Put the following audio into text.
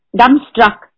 dumbstruck